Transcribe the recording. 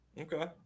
Okay